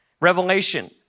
revelation